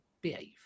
behave